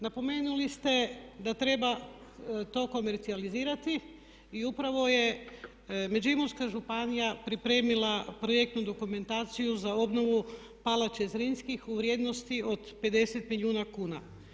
Napomenuli ste da treba to komercijalizirati i upravo je Međimurska županija pripremila projektnu dokumentaciju za obnovu palače Zrinskih u vrijednosti od 50 milijuna kuna.